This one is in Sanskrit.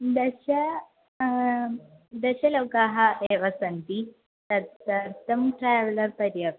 दश दश लोकाः एव सन्ति तदर्थं ट्रेवेलर् पर्याप्तम्